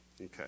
Okay